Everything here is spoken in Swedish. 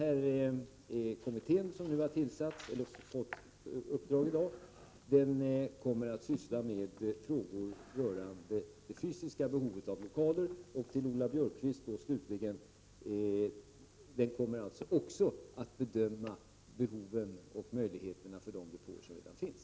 Den kommitté som har fått uppdrag i dag kommer att 5 oktober 1989 syssla med frågor rörande det fysiska behovet av lokaler. Till Lola Björk= Z— quist, slutligen: Den kommer alltså också att bedöma behoven och möjligheterna för de depåer som redan finns.